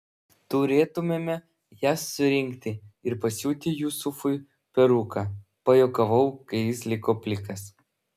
turėtumėme jas surinkti ir pasiūti jusufui peruką pajuokavau kai jis liko plikas